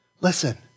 Listen